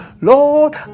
Lord